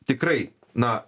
tikrai na